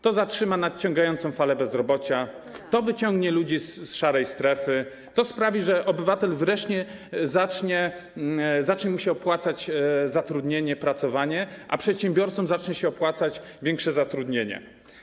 To zatrzyma nadciągającą falę bezrobocia, to wyciągnie ludzi z szarej strefy, to sprawi, że obywatelowi wreszcie zacznie się opłacać zatrudnienie, pracowanie, a przedsiębiorcom zacznie się opłacać większe zatrudnienie.